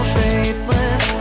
faithless